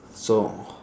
so